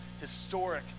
historic